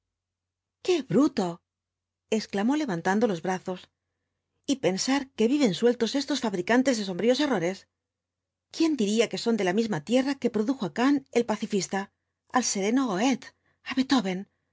qué bruto exclamó levantando los brazos t pensar que viven sueltos estos fabricantes de sombríos errores quién diría que son de la misma tierra que produjo á kant el pacifista al sereno goethe á beethoven